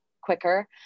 quicker